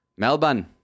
Melbourne